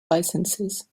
licenses